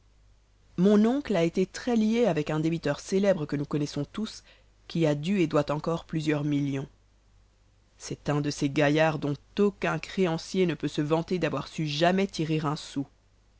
mon oncle a été très lié avec un débiteur célèbre que nous connaissons tous qui a dû et doit encore plusieurs millions c'est un de ces gaillards dont aucun créancier ne peut se vanter d'avoir su jamais tirer un sou